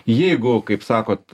jeigu kaip sakot